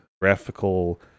Graphical